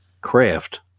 craft